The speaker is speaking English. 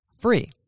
free